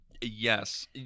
Yes